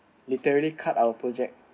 literally cut our project